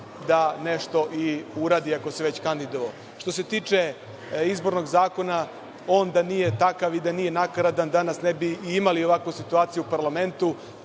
da nešto i uradi, ako se već kandidovao. Što se tiče Izbornog zakona, on da nije takav i da nije nakaradan, danas ne bi imali ovakvu situaciju u parlamentu,